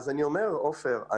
עופר,